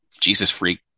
Jesus-freak